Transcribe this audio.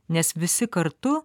nes visi kartu